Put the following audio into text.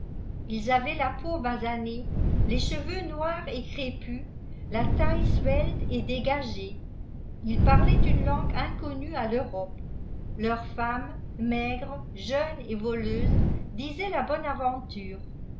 ils avaient i peau basanée les cheveux noirs et crépus la taille sveite et dégagée ils parlaient une langue inconnue à teurope leurs iemmes maigres jeunes et voleuses disaient la bonne aveéturô